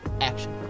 action